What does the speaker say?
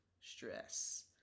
stress